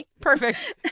Perfect